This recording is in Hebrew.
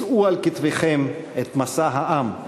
שאו על כתפיכם את משא העם,